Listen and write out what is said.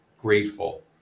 grateful